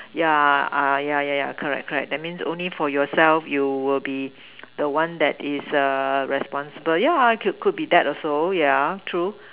yeah ah yeah yeah yeah correct correct that means only for yourself you will be the one that is err responsible yeah could be that also yeah true